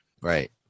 Right